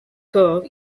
curve